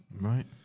Right